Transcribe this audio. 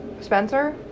Spencer